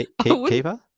Keeper